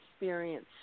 experience